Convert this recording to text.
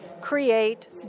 create